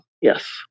yes